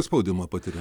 spaudimą patiria